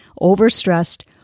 overstressed